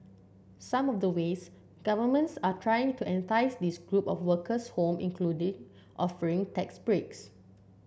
some of the ways governments are trying to entice this group of workers home include offering tax breaks